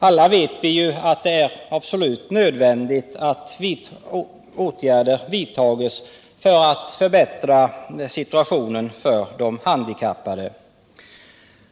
Alla vet vi ju att det är absolut nödvändigt att åtgärder vidtas för att förbättra situationen för de arbetshandikappade.